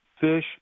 fish